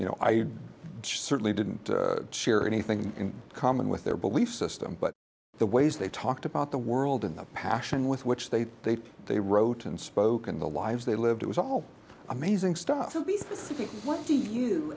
you know i certainly didn't share anything in common with their belief system but the ways they talked about the world and the passion with which they they they wrote and spoke in the lives they lived it was all amazing stuff to